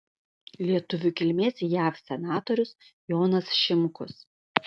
lietuvių kilmės jav senatorius jonas šimkus